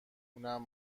اونم